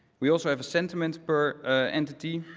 we also have a sentiment per entity,